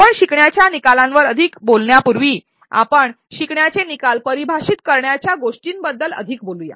आपण शिकण्याच्या निकालांवर अधिक बोलण्यापूर्वी आपण शिकण्याचे निकाल का परिभाषित करायचे या गोष्टींबद्दल अधिक बोलूया